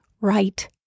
right